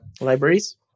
libraries